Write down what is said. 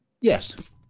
Yes